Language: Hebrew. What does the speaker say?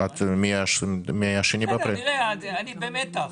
בסדר, נראה, אני במתח.